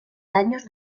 daños